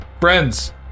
Friends